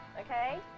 okay